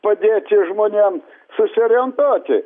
padėti žmonėms susiorientuoti